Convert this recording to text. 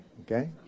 Okay